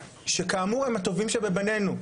שכאמור הם הטובים שבנינו.